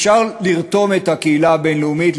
אפשר לרתום את הקהילה הבין-לאומית,